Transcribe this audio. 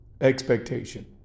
Expectation